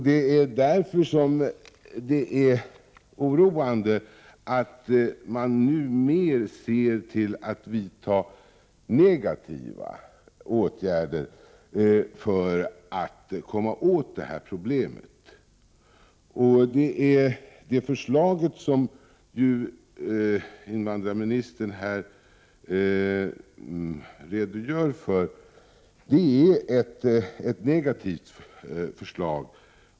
Det är därför oroande att man nu mer ser till att vidta negativa åtgärder för att komma åt detta problem. Det förslag som invandrarministern här redogör för är ett negativt förslag.